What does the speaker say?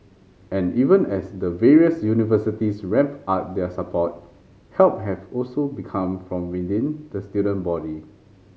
and even as the various universities ramp up their support help has also become from within the student body